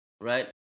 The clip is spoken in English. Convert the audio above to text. Right